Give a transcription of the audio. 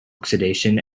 oxidation